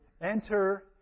enter